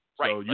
Right